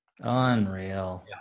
Unreal